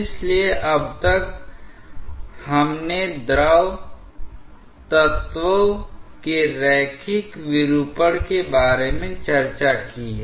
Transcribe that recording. इसलिए अब तक हमने द्रव तत्वों के रैखिक विरूपण के बारे में चर्चा की है